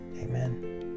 Amen